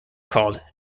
called